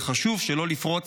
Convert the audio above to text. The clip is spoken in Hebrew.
וחשוב שלא לפרוץ